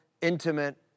intimate